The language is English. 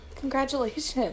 Congratulations